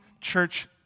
church